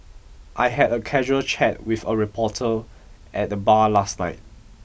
I had a casual chat with a reporter at the bar last night